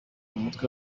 umutwe